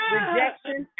Rejection